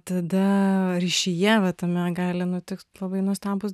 tada ryšyje va tame gali nutikt labai nuostabūs